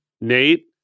nate